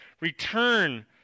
Return